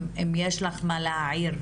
אם יש לך מה להעיר.